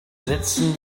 setzen